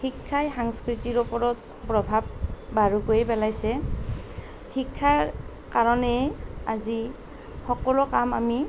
শিক্ষাই সংস্কৃতিৰ ওপৰত প্ৰভাৱ বাৰুকৈয়ে পেলাইছে শিক্ষাৰ কাৰণে আজি সকলো কাম আমি